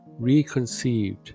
reconceived